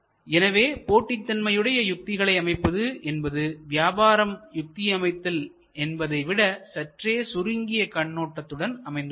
எனவே போட்டித் தன்மையுடைய யுத்திகளை அமைப்பது என்பது வியாபாரம் யுக்தி அமைத்தல் என்பதை விட சற்றே சுருங்கிய கண்ணோட்டத்துடன் அமைந்தது